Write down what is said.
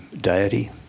deity